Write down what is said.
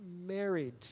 married